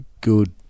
Good